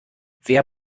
wer